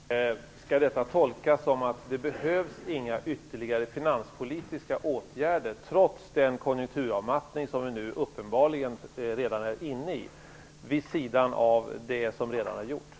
Fru talman! Skall detta tolkas så att det, trots den konjunkturavmattning vi uppenbarligen redan inne i, inte behövs några ytterligare finanspolitiska åtgärder vid sidan av de som redan har vidtagits?